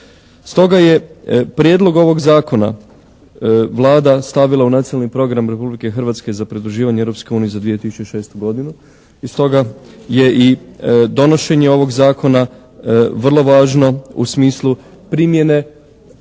Stoga je prijedlog ovog zakona Vlada stavila u Nacionalni program Republike Hrvatske za pridruživanje Europskoj uniji za 2006. godinu. I stoga je i donošenje ovog zakona vrlo važno u smislu primjene